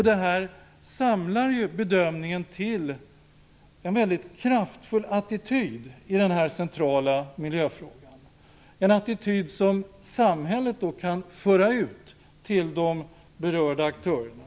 Det samlar ju bedömningen till en väldigt kraftfull attityd i denna centrala miljöfråga, en attityd som samhället kan föra ut till de berörda aktörerna.